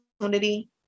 opportunity